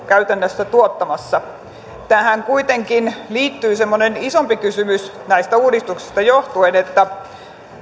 käytännössä tuottamassa tähän kuitenkin liittyy isompi kysymys näistä uudistuksista johtuen että